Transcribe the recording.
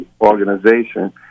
organization